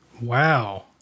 Wow